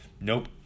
Nope